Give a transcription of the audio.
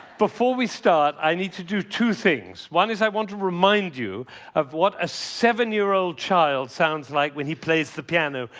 before we start, i need to do two things. one is i want to remind you of what a seven-year-old child sounds like when he plays the piano.